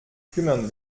kümmern